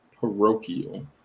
Parochial